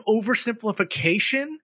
oversimplification